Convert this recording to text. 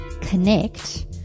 connect